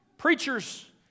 Preachers